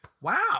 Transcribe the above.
Wow